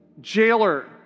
jailer